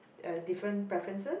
uh different preferences